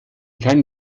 kein